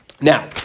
Now